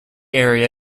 area